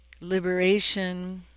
Liberation